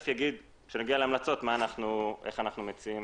כשנגיע להמלצות אני אגיד איך אנחנו ממליצים